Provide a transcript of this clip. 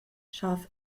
scharf